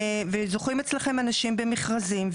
וזוכים אצלכם אנשים במכרזים,